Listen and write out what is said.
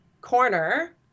corner